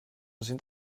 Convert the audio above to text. sind